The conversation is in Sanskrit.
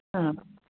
आम्